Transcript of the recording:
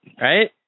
right